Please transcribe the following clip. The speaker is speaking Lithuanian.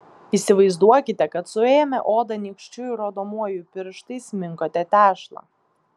įsivaizduokite kad suėmę odą nykščiu ir rodomuoju pirštais minkote tešlą